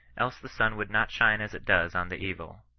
else the sun would not shine as it does on the evil,